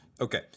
Okay